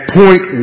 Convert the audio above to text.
point